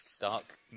Dark